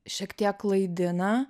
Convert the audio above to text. šiek tiek klaidina